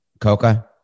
Coca